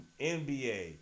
NBA